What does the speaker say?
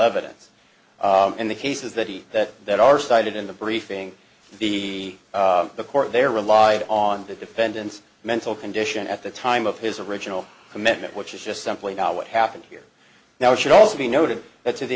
evidence and the cases that he that that are cited in the briefing the the court there relied on the defendant's mental condition at the time of his original commitment which is just simply not what happened here now it should also be noted that to the